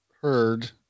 heard